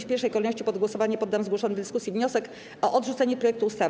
W pierwszej kolejności pod głosowanie poddam zgłoszony w dyskusji wniosek o odrzucenie projektu ustawy.